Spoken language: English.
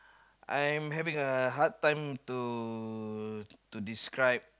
I am having a hard time to to describe